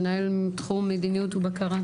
מנהל תחום מדיניות ובקרה,